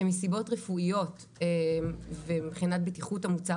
שמסיבות רפואיות מבחינת בטיחות המוצר